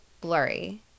blurry